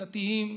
דתיים,